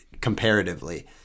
comparatively